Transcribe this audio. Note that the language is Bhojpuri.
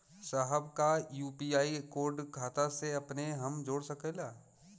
साहब का यू.पी.आई कोड खाता से अपने हम जोड़ सकेला?